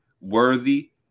worthy